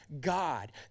God